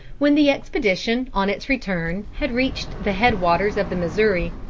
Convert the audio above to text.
when the expedition, on its return, had reached the head waters of the missouri,